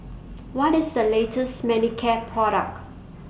What IS The latest Manicare Product